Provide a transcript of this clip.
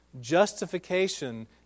justification